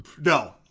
No